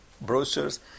brochures